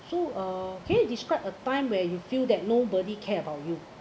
so uh can you describe a time where you feel that nobody care about you